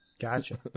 Gotcha